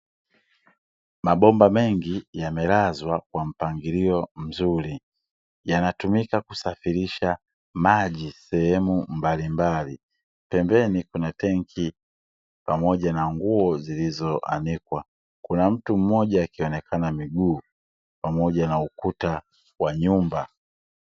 Mabomba mengi yamelazwa kwa mpangilio mzuri, yanatumika kusafirisha maji sehemu mbalimbali. Pembeni kuna tenki pamoja na nguo zilizoanikwa. Kuna mtu mmoja akionekana miguu, pamoja na ukuta wa nyumba.